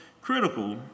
critical